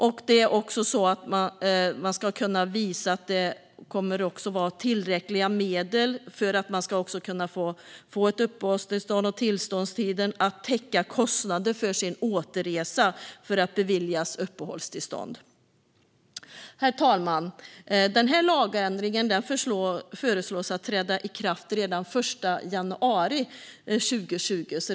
Utlänningen ska också visa att hen har eller kommer att ha tillräckliga medel för sitt uppehälle under tillståndstiden och för att täcka kostnaderna för sin återresa för att beviljas ett uppehållstillstånd. Herr talman! Den här lagändringen föreslås träda i kraft redan den 1 januari 2020.